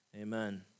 Amen